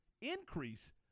increase